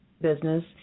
business